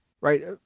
Right